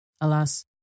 Alas